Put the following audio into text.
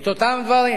את אותם דברים.